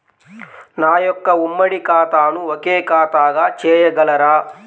నా యొక్క ఉమ్మడి ఖాతాను ఒకే ఖాతాగా చేయగలరా?